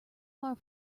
far